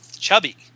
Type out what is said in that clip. chubby